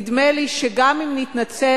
נדמה לי שגם אם נתנצל,